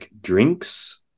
drinks